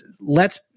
lets